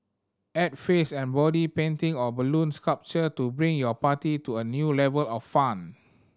add face and body painting or balloon sculpture to bring your party to a new level of fun